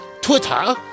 Twitter